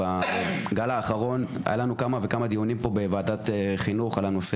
בגל האחרון היו לנו כמה דיונים פה בוועדת החינוך על נושא